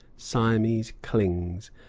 siamese, klings,